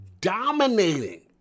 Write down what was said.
dominating